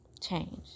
change